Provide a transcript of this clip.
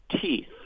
teeth